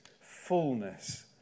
fullness